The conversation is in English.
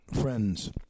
Friends